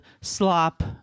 slop